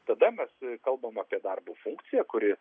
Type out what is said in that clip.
tada mes kalbam apie darbo funkciją kuri